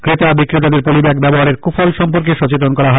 ক্রেতা বিক্রেতাদের poly bag ব্যবহারের কুফল সম্পর্কে সচেতন করা হয়